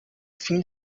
fim